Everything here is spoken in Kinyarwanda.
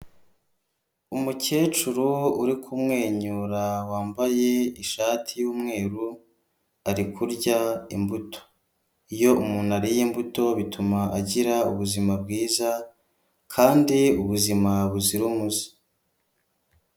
Umukecuru uri kumwenyura wambaye ishati y'umweru ari kurya imbuto, iyo umuntu ariye imbuto bituma agira ubuzima bwiza kandi ubuzima buzira umuze.